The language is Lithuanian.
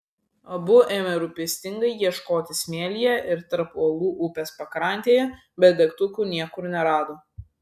abu ėmė rūpestingai ieškoti smėlyje ir tarp uolų upės pakrantėje bet degtukų niekur nerado